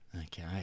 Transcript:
Okay